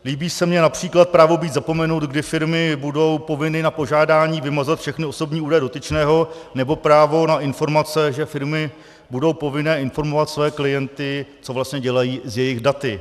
Líbí se mi například právo být zapomenut, kdy firmy budou povinny na požádání vymazat všechny osobní údaje dotyčného, nebo právo na informace, že firmy budou povinny informovat své klienty, co vlastně dělají s jejich daty.